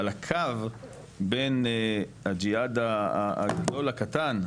אבל הקו בין הג'יהאד הגדול לקטן,